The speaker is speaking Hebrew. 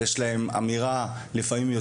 לפעמים יש להם יותר אמירה מההורים,